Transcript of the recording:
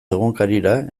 egunkarira